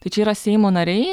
tai čia yra seimo nariai